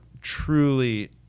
truly